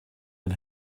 den